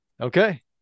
Okay